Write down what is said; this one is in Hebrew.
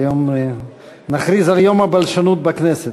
נכריז על יום הבלשנות בכנסת.